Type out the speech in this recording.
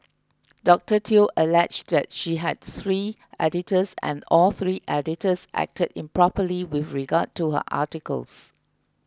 Doctor Teo alleged that she had three editors and all three editors acted improperly with regard to her articles